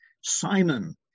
Simon